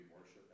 worship